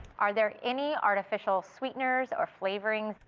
are there any artificial sweeteners or flavoring?